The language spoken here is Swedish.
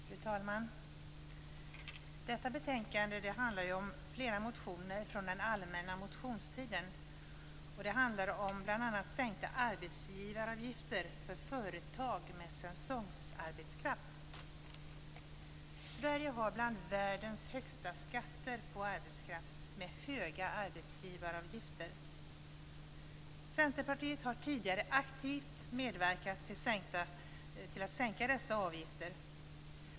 Fru talman! Detta betänkande har sin grund i flera motioner från den allmänna motionstiden, och det handlar om bl.a. sänkta arbetsgivaravgifter för företag med säsongsarbetskraft. Sverige har bland världens högsta skatter på arbetskraft med höga arbetsgivaravgifter. Centerpartiet har tidigare aktivt medverkat till att sänka dessa avgifter.